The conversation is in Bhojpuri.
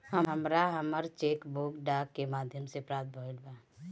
हमरा हमर चेक बुक डाक के माध्यम से प्राप्त भईल बा